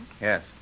Yes